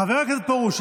חבר הכנסת פרוש,